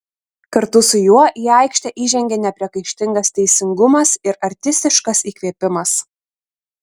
kartu su juo į aikštę įžengė nepriekaištingas teisingumas ir artistiškas įkvėpimas